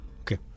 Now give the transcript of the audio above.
okay